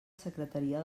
secretaria